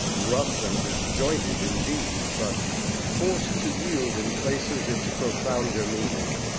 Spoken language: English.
rough and disjointed indeed, but forced to yield in places its profounder meaning.